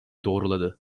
doğruladı